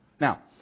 Now